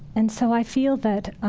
and so i feel that